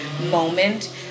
moment